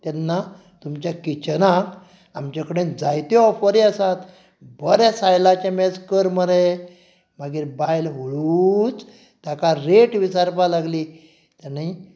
तेन्ना तुमच्या किच्छनाक आमच्या कडेन जायत्यो ऑफरी आसात बरें सायलाचें मेज कर मरे मागीर बायल हळूच ताका रेट विचारपाक लागली ताणें